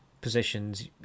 positions